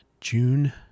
June